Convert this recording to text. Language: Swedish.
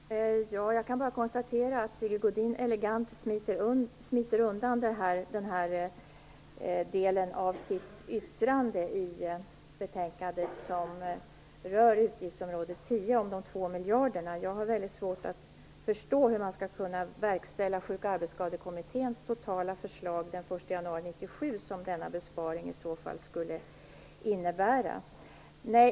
Herr talman! Jag kan bara konstatera att Sigge Godin elegant smiter undan den del av sitt yttrande i betänkandet som rör utgiftsområde 10 om de två miljarderna. Jag har väldigt svårt att förstå hur man skall kunna verkställa Sjuk och arbetsskadekommitténs totala förslag den 1 januari 1997, som denna besparing i så fall skulle innebära.